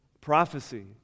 Prophecy